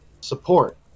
Support